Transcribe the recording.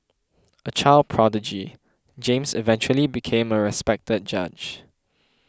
a child prodigy James eventually became a respected judge